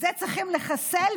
את זה צריכים לחסל,